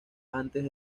antes